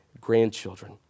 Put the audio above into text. grandchildren